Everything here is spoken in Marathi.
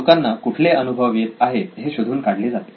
लोकांना कुठले अनुभव येत आहेत हे शोधून काढले जाते